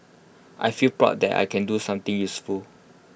I feel proud that I can do something useful